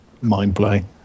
mind-blowing